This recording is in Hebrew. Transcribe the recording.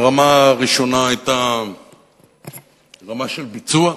הרמה הראשונה היתה רמה של ביצוע,